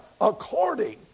according